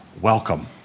welcome